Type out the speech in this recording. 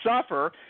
suffer